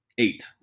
Eight